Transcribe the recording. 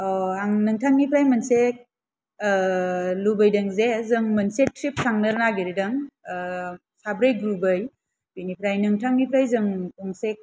अ आं नोंथांनिफ्राय मोनसे लुबैदों जे जों मोनसे ट्रिप थांनो नागेरदों साब्रै ग्रुपयै बिनिफ्राय नोंथांनिफ्राय जों मोनसे